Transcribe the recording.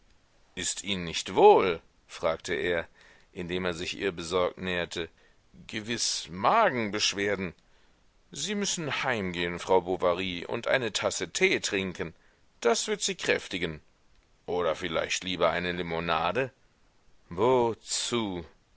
ist ihnen nicht wohl fragte er indem er sich ihr besorgt näherte gewiß magenbeschwerden sie müssen heimgehen frau bovary und eine tasse tee trinken das wird sie kräftigen oder vielleicht lieber eine limonade wozu